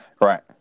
Right